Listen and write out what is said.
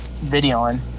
videoing